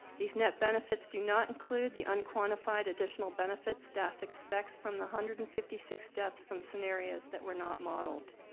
these net benefits do not include the unquantified additional benefit staff expects from the one hundred and fifty six deaths from scenarios that were not modeled.